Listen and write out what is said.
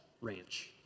ranch